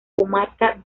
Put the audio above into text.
comarca